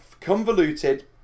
convoluted